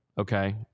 Okay